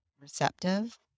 receptive